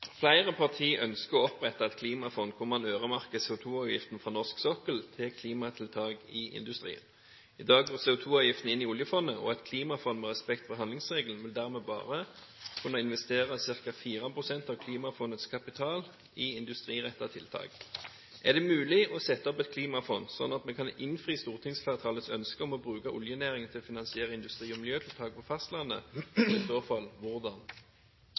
ønsker å opprette et klimafond hvor man øremerker CO2-avgiften fra norsk sokkel til klimatiltak i industrien. I dag går CO2-avgiften inn i oljefondet, og et klimafond med respekt for handlingsregelen vil dermed bare kunne investere ca. 4 pst. av klimafondets kapital i industrirettede tiltak. Er det mulig å sette opp et klimafond, slik at man kan innfri stortingsflertallets ønske om å bruke oljenæringen til å finansiere industri- og miljøtiltak på fastlandet, og i så fall hvordan?»